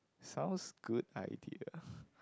sounds good idea